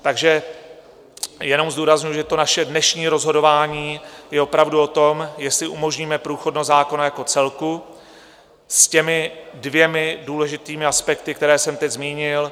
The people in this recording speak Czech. Takže jenom zdůrazňuji, že naše dnešní rozhodování je opravdu o tom, jestli umožníme průchodnost zákona jako celku s těmi dvěma důležitými aspekty, které jsem teď zmínil.